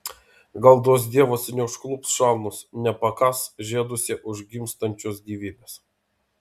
gal duos dievas neužklups šalnos nepakąs žieduose užgimstančios gyvybės